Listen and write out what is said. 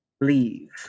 leave